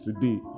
today